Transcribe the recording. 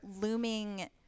looming